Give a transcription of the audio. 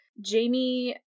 Jamie